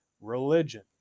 Religion